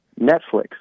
Netflix